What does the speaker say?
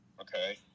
okay